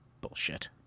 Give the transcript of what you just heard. bullshit